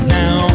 now